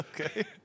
Okay